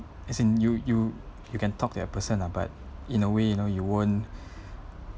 as in you you you can talk to that person lah but in a way you know you won't